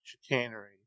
chicanery